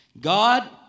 God